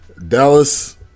Dallas